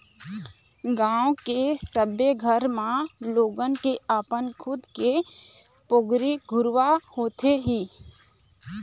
गाँव के सबे घर म लोगन के अपन खुद के पोगरी घुरूवा होथे ही